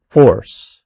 force